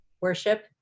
worship